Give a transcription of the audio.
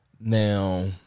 Now